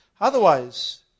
Otherwise